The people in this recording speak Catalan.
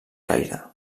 caire